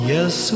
Yes